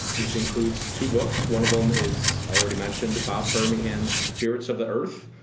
which includes two books. one of them is, i already mentioned, bob birmingham's spirits of the earth.